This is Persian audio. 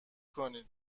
کنید